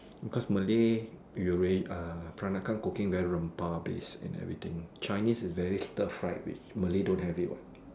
because Malay you uh peranakan cooking very base and everything Chinese is very stir fried which Malay don't have it what